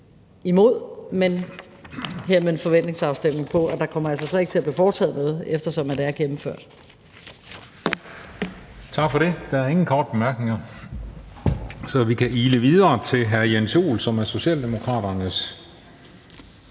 imod. Men hermed en forventningsafstemning om, at der altså så ikke kommer til at blive foretaget noget, eftersom det er gennemført. Kl. 16:44 Den fg. formand (Christian Juhl): Tak for det. Der er ingen korte bemærkninger, så vi kan ile videre til hr. Jens Joel, som er Socialdemokraternes